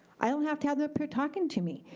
i don't have to have them up here talking to me.